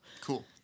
Cool